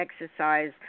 exercise